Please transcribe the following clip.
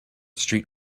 street